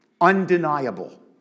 Undeniable